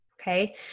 Okay